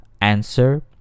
answer